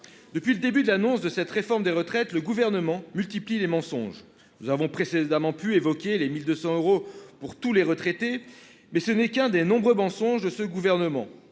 Depuis le début de l'annonce de cette réforme des retraites, le Gouvernement multiplie les mensonges. Nous avons précédemment pu évoquer les 1 200 euros pour tous les retraités, mais ce n'est qu'un des nombreux mensonges de ce gouvernement.